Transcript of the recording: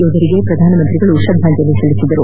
ಯೋಧರಿಗೆ ಪ್ರಧಾನಿ ಶ್ರದ್ದಾಂಜಲಿ ಸಲ್ಲಿಸಿದರು